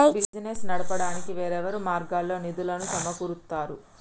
business నడపడానికి వేర్వేరు మార్గాల్లో నిధులను సమకూరుత్తారు